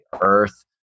Earth